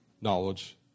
knowledge